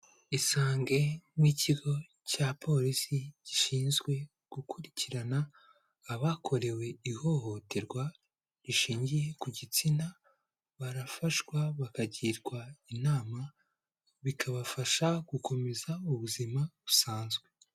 Isange ni ikigo cya Polisi gishinzwe gukurikirana abakorewe ihohoterwa rishingiye ku gitsina, barafashwa bakagirwa inama, bikabafasha gukomeza ubuzima busanzwe.